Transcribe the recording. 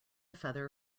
feather